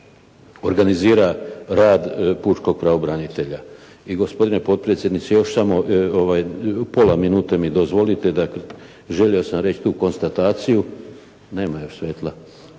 organizira rad pučkog pravobranitelja. I gospodine potpredsjedniče još samo ovaj pola minute mi dozvolite da želio sam reći tu konstataciju, nema još svjetla.